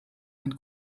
ein